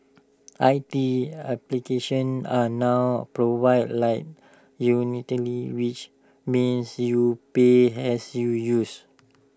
I T applications are now provided like utilities which means you pay as you use